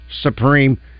supreme